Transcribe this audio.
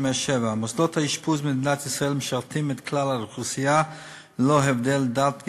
357: מוסדות האשפוז במדינת ישראל משרתים את כלל האוכלוסייה ללא הבדל דת,